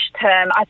term